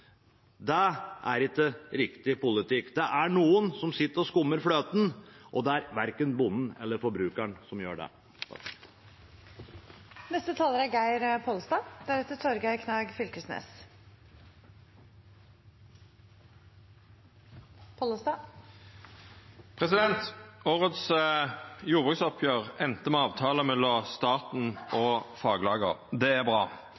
Det er ikke riktig politikk. Det er noen som sitter og skummer fløten, og det er verken bonden eller forbrukeren. Jordbruksoppgjeret i år enda med avtale mellom staten og faglaga. Det er bra.